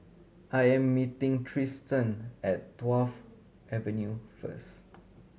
I am meeting Triston at Wharf Avenue first